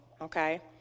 okay